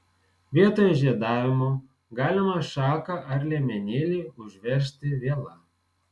vietoj žiedavimo galima šaką ar liemenėlį užveržti viela